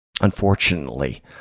Unfortunately